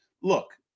look